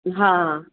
हा